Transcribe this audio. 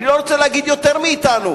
אני לא רוצה להגיד יותר מאתנו,